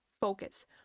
focus